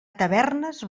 tavernes